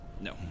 No